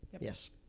yes